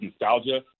nostalgia